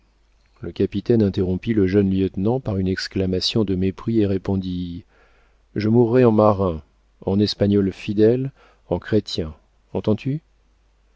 le capitaine interrompit le jeune lieutenant par une exclamation de mépris et répondit je mourrai en marin en espagnol fidèle en chrétien entends-tu